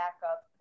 backup